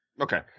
Okay